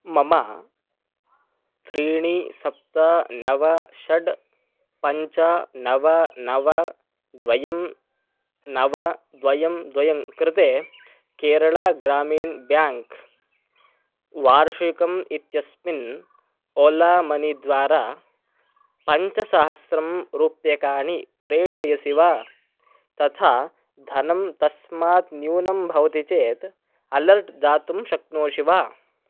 मम त्रीणि सप्त नव षट् पञ्च नव नव द्वे नव द्वे द्वे कृते केरळा ग्रामीण् ब्याङ्क् वार्षिकम् इत्यस्मिन् ओला मनी द्वारा पञ्चसहस्रं रूप्यकाणि प्रेषयसि वा तथा धनं तस्मात् न्यूनं भवति चेत् अलर्ट् दातुं शक्नोषि वा